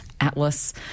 Atlas